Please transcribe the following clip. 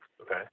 Okay